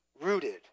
rooted